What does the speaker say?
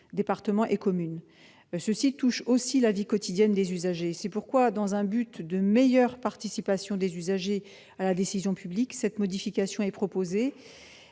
départements et communes, elles touchent aussi la vie quotidienne des usagers. C'est pourquoi, dans un souci de meilleure participation des usagers à la décision publique, une telle modification est proposée.